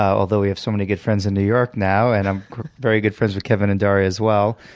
although we have so many good friends in new york now, and i'm very good friends with kevin and darya as well.